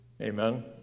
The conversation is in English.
Amen